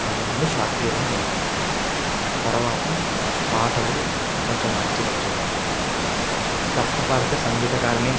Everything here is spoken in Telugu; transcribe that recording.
మనం ముందు శాస్త్రీయతను పెంచాలి తర్వాత పాటలు కొంచెం మంచిగా వచ్చేటట్టు తప్పు పాడితే సంగీతకారుని